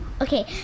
Okay